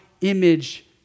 image